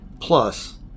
Plus